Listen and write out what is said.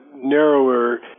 narrower